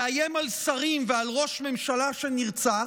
לאיים על שרים ועל ראש ממשלה שנרצח,